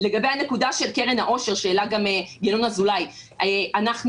לגבי הנקודה של קרן העושר שהעלה גם ינון אזולאי אנחנו